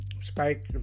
spike